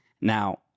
Now